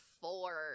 four